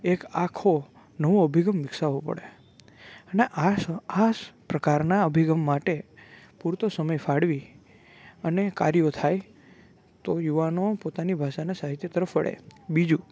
એક આખો નવો અભિગમ વિકસાવવો પડે અને આ આ પ્રકારના અભિગમ માટે પૂરતો સમય ફાળવી અને કાર્યો થાય તો યુવાનો પોતાની ભાષાના સાહિત્ય તરફ વળે બીજું